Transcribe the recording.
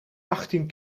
achttien